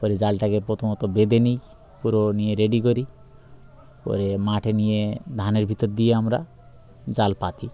পরে জালটাকে প্রথমত বেঁধে নিই পুরো নিয়ে রেডি করি করে মাঠে নিয়ে ধানের ভিতর দিয়ে আমরা জাল পাতি